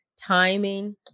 timing